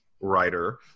writer